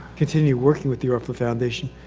continue working with the oracle foundation.